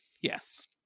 yes